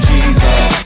Jesus